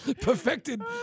perfected